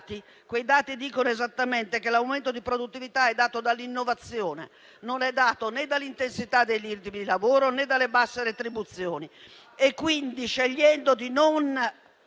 quei dati, dicono esattamente che l'aumento di produttività è dato dall'innovazione, non dall'intensità dei ritmi di lavoro né dalle basse retribuzioni.